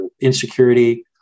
insecurity